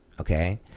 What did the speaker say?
Okay